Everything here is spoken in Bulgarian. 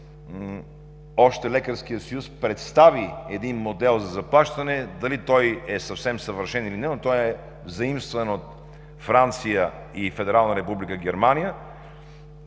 Лекарският съюз представи един модел за заплащане. Дали той е съвсем съвършен, или не, но той е заимстван от Франция и Федерална република Германия.